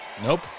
nope